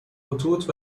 خطوط